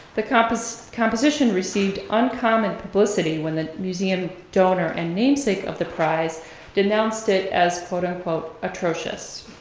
the composition composition received uncommon publicity when the museum donor and namesake of the prize denounced it as quote unquote, atrocious.